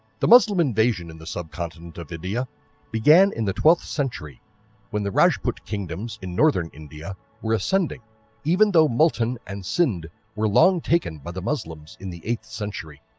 the muslim invasion in the subcontinent of india began in the twelfth century when the rajput kingdoms in northern india were ascending even though multan and sindh were long taken by the muslims in the eighth century.